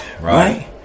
Right